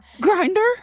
Grinder